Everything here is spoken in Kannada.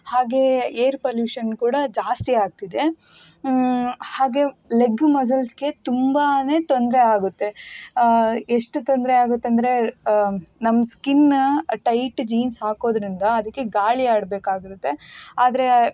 ಹಾಗೆಯೇ ಏರ್ ಪಲ್ಯೂಶನ್ ಕೂಡ ಜಾಸ್ತಿ ಆಗ್ತಿದೆ ಹಾಗೆ ಲೆಗ್ ಮಸಲ್ಸ್ಗೆ ತುಂಬನೇ ತೊಂದರೆ ಆಗುತ್ತೆ ಎಷ್ಟು ತೊಂದರೆ ಆಗುತ್ತೆಂದರೆ ನಮ್ಮ ಸ್ಕಿನ್ನ ಟೈಟ್ ಜೀನ್ಸ್ ಹಾಕೋದರಿಂದ ಅದಕ್ಕೆ ಗಾಳಿಯಾಡ್ಬೇಕಾಗಿರತ್ತೆ ಆದರೆ